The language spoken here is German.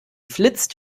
flitzt